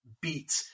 beat